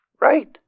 right